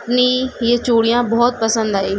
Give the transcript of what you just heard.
اپنی یہ چوڑیاں بہت پسند آئی